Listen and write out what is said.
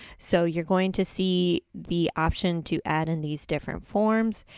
so, you're going to see the option to add in these different forms.